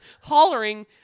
hollering